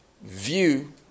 view